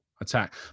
attack